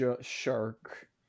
shark